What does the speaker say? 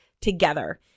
together